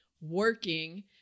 working